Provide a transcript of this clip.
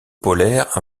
polaire